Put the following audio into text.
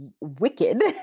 wicked